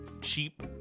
cheap